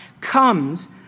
comes